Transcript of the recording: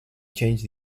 changed